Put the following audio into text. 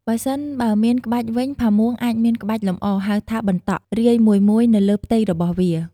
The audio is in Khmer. ប្រសិនបើមានក្បាច់វិញផាមួងអាចមានក្បាច់លម្អ ហៅថា “បន្តក់” រាយមួយៗនៅលើផ្ទៃរបស់វា។